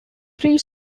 three